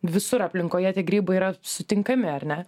visur aplinkoje tik grybai yra sutinkami ar ne